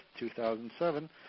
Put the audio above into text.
2007